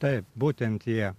taip būtent jie